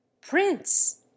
prince